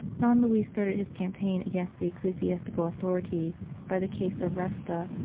don luis started his campaign against the ecclesiastical authority by the case of resta,